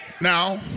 Now